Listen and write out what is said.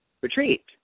retreat